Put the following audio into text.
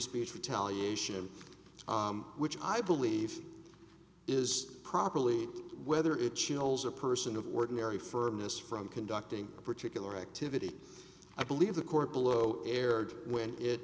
speech retaliation which i believe is properly whether it chills a person of ordinary firmness from conducting a particular activity i believe the court below erred when it